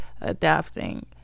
adapting